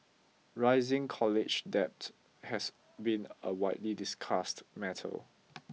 rising college debt has been a widely discussed matter